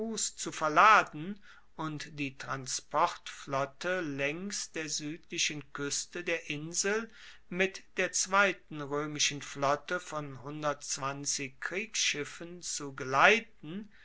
zu verladen und die transportflotte laengs der suedlichen kueste der insel mit der zweiten roemischen flotte von kriegsschiffen zu geleiten